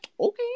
Okay